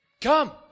Come